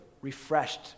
refreshed